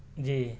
جی